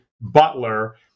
butler